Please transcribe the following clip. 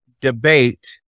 debate